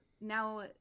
now